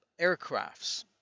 aircrafts